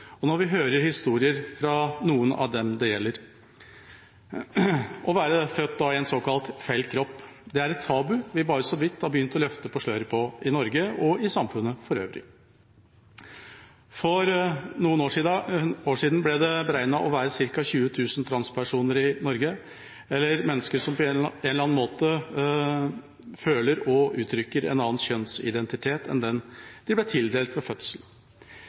og når vi hører historiene fra noen av dem det gjelder. Det å være født i en såkalt feil kropp er et tabu der vi bare så vidt har begynt å løfte litt på sløret i Norge og i samfunnet for øvrig. For noen år siden ble det i Norge beregnet å være ca. 20 000 transpersoner, mennesker som på en eller annen måte føler og uttrykker en annen kjønnsidentitet enn den de ble tildelt ved fødsel.